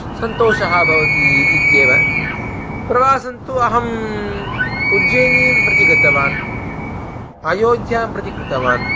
सन्तोषः भवति इत्येव प्रवासम्तु अहं उज्जयिनीं प्रति गतवान् अयोध्यां प्रति गतवान्